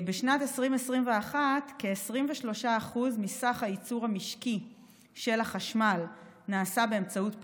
בשנת 2021 כ-23% מסך הייצור המשקי של החשמל נעשה באמצעות פחם.